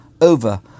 over